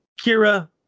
Kira